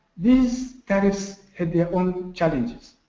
these tariffs had their own challenges.